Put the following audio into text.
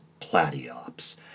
platyops